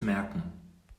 merken